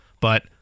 but-